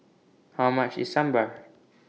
How much IS Sambar